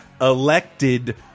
elected